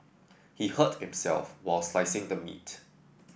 he hurt himself while slicing the meat